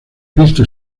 cristo